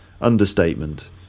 understatement